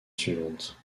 suivante